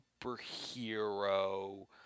superhero